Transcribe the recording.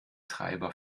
treiber